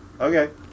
Okay